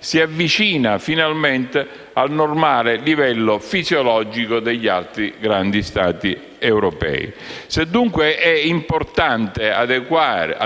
si avvicina finalmente al normale livello fisiologico degli altri grandi Stati europei. Se dunque è importante adeguare